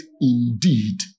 indeed